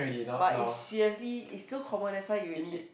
but it's seriously it's so common that's why you will need